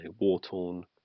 war-torn